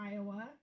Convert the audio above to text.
Iowa